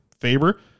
Faber